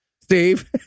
Steve